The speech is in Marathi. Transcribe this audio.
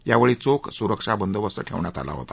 यावेळी चोख सुरक्षा बंदोबस्त ठेवण्यात आला होता